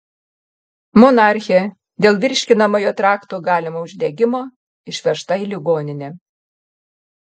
monarchė dėl virškinamojo trakto galimo uždegimo išvežta į ligoninę